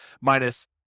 minus